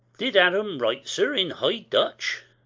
did adam write, sir, in high dutch?